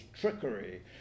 trickery